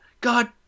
God